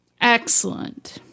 Excellent